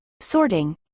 sorting